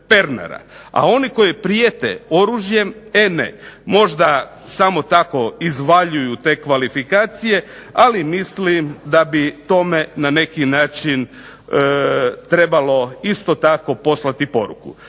a oni koji prijete oružjem e ne, možda samo tako izvaljuju te kvalifikacije, ali mislim da bi tome na neki način trebalo isto tako poslati poruku.